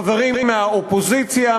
חברים מהאופוזיציה,